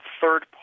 third